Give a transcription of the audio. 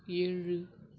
ஏழு